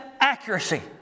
accuracy